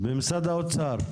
במשרד האוצר.